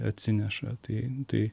atsineša tai tai